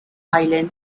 island